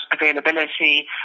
availability